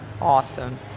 awesome